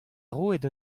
roet